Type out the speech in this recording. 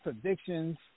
predictions